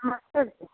हाँ सर जी